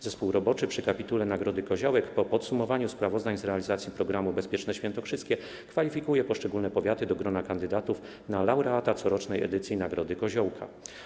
Zespół roboczy przy kapitule nagrody Koziołek po podsumowaniu sprawozdań z realizacji programu „Bezpieczne świętokrzyskie” kwalifikuje poszczególne powiaty do grona kandydatów na laureata corocznej edycji nagrody Koziołka.